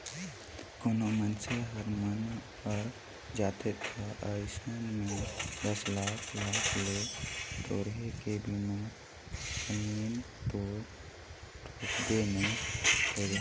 कोनो मइनसे हर मन हर जाथे त अइसन में दस लाख लाख ले थोरहें के बीमा क्लेम तो ठोकबे नई करे